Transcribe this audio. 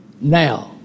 Now